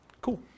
Cool